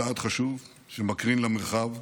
צעד חשוב שמקרין למרחב,